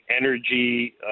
energy